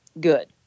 good